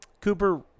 Cooper